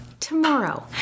Tomorrow